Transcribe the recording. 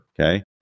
okay